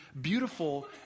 beautiful